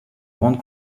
grande